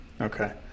Okay